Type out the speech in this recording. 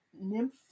nymph